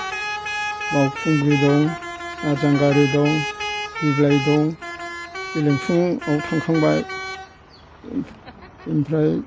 बावखुंग्रि दं नारजांगारि दं दिब्लाय दं गेलेमफुङाव थांखांबाय ओमफ्राय